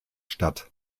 statt